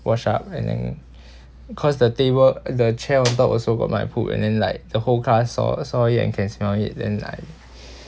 wash up and then cause the table the chair on top also got my poop and then like the whole class saw saw it and can smell it then like